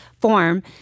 form